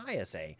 ISA